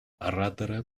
оратора